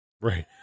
Right